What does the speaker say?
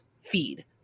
feed